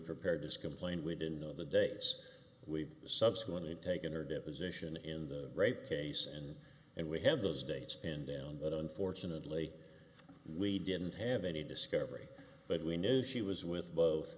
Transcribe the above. prepared as complain we didn't know the dates we've subsequently taken her deposition in the rape case and and we have those dates and down that unfortunately we didn't have any discovery but we knew she was with both